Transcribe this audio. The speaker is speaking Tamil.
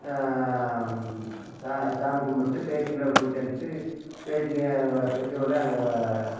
சா சாமி கும்பிட்டு பேத்திங்களை கூட்டியாந்துட்டு பேத்திங்கள் பிள்ளையோட அங்கே